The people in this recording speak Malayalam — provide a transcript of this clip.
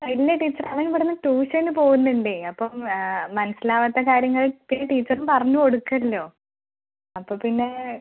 അല്ല ടീച്ചറേ അവൻ ഇവിടുന്ന് ട്യൂഷന് പൊവുന്നുണ്ടേ അപ്പം ആ മനസ്സിലാവാത്ത കാര്യങ്ങളൊക്കെ ടീച്ചറും പറഞ്ഞ് കൊടുക്കുമല്ലോ അപ്പോൾ പിന്നെ